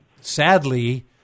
sadly